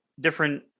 different